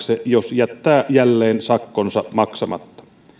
jos jättää jälleen sakkonsa maksamatta